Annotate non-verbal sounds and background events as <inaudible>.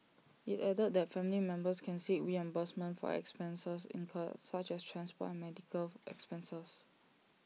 IT added that family members can seek reimbursement for expenses incurred such as transport and medical <noise> expenses